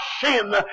sin